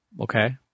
Okay